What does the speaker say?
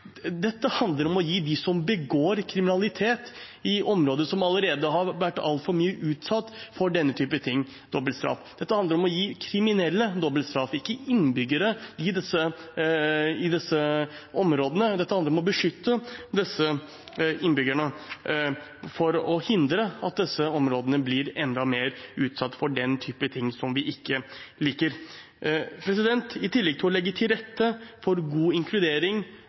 Dette handler om å gi dem som begår kriminalitet i områder som allerede har vært altfor mye utsatt for den typen ting, dobbelt straff. Dette handler om å gi kriminelle dobbelt straff, ikke innbyggerne i disse områdene. Dette handler om å beskytte disse innbyggerne for å hindre at disse områdene blir enda mer utsatt for den typen ting som vi ikke liker. I tillegg til å legge til rette for god inkludering